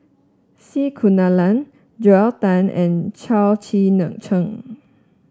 C Kunalan Joel Tan and Chao Tzee Neng Cheng